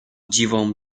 dziwą